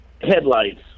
Headlights